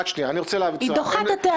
היא דוחה את הטענות.